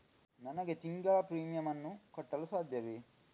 ನನಗೆ ತಿಂಗಳ ಪ್ರೀಮಿಯಮ್ ಅನ್ನು ಕಟ್ಟಲು ಸಾಧ್ಯವೇ?